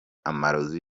amarozi